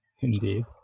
Indeed